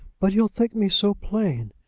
but he'll think me so plain.